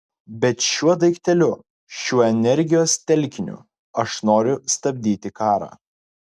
bet šiuo daikteliu šiuo energijos telkiniu aš noriu sustabdyti karą